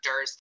actors